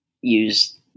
use